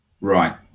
Right